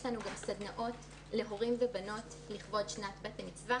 יש לנו גם סדנאות להורים ולבנות לכבוד שנת בת המצווה